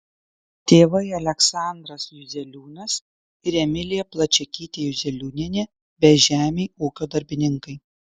tėvai aleksandras juzeliūnas ir emilija plačiakytė juzeliūnienė bežemiai ūkio darbininkai